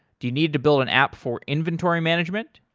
do you need to build an app for inventory management?